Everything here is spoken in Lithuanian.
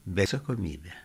bei atsakomybę